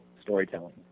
storytelling